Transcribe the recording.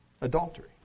adultery